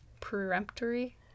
Peremptory